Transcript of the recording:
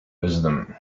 wisdom